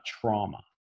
trauma